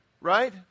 Right